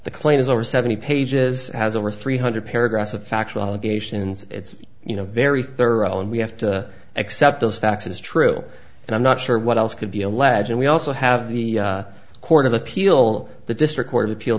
the claim is over seventy pages has over three hundred paragraphs of factual allegations it's you know very thorough and we have to accept those facts is true and i'm not sure what else could be allege and we also have the court of appeal the district